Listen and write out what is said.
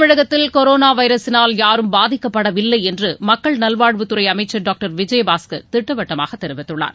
தமிழகத்தில் கொரோனா வைரஸினால் யாரும் பாதிக்கப்படவில்லை என்று மக்கள் நல்வாழ்வுத் துறை அமைச்சர் டாக்டர் விஜயபாஸ்கர் திட்டவட்டமாக தெரிவித்துள்ளார்